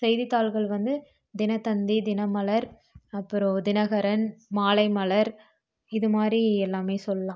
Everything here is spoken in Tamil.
செய்தி தாள்கள் வந்து தினத்தந்தி தினமலர் அப்புறோம் தினகரன் மாலைமலர் இது மாதிரி எல்லாம் சொல்லாம்